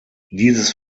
dieses